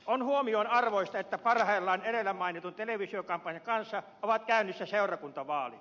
on huomionarvoista että parhaillaan edellä mainitun televisiokampanjan kanssa on käynnissä seurakuntavaalit